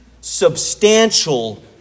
substantial